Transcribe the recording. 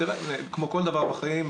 כמו כל דבר בחיים,